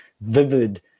vivid